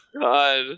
God